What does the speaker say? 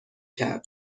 کرد